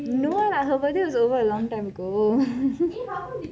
no lah her birthday was over long time ago